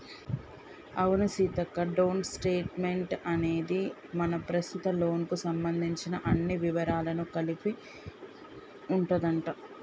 అవును Seethakka don't statement అనేది మన ప్రస్తుత లోన్ కు సంబంధించిన అన్ని వివరాలను కలిగి ఉంటదంట